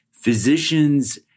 physicians